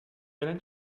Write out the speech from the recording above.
alan